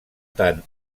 tant